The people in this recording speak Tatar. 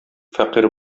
фәкыйрь